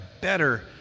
better